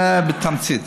זה, בתמצית.